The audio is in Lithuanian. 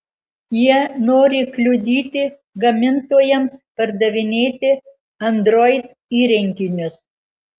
jie nori kliudyti gamintojams pardavinėti android įrenginius